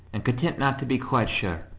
and content not to be quite sure.